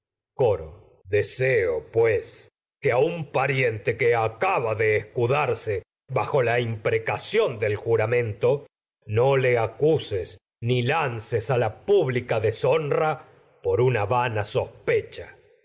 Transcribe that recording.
coro de deseo pues que a un pariente del que acaba no escudarse ni bajo la a imprecación juramento por le acuses lances la piiblica deshonra una vana sospecha